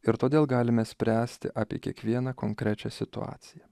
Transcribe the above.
ir todėl galime spręsti apie kiekvieną konkrečią situaciją